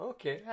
Okay